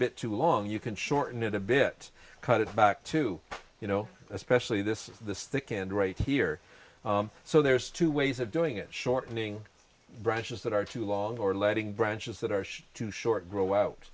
bit too long you can shorten it a bit cut it back to you know especially this the stick and right here so there's two ways of doing it shortening branches that are too long or letting branches that are too short grow out